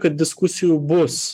kad diskusijų bus